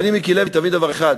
אבל, ידידי מיקי לוי, תבין דבר אחד.